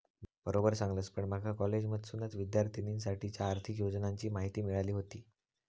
बरोबर सांगलस, पण माका कॉलेजमधसूनच विद्यार्थिनींसाठीच्या आर्थिक योजनांची माहिती मिळाली व्हती